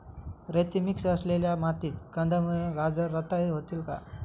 रेती मिक्स असलेल्या मातीत कंदमुळे, गाजर रताळी होतील का?